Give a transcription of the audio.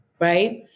Right